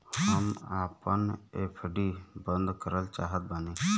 हम आपन एफ.डी बंद करल चाहत बानी